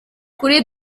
kuri